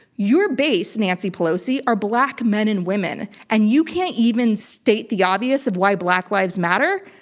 your base, nancy pelosi, are black men and women, and you can't even state the obvious of why black lives matter?